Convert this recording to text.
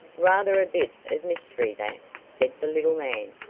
rather a bit of mystery, that, said the little man.